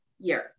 years